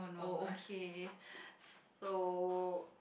oh okay so